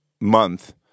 month